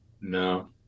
No